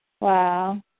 Wow